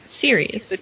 series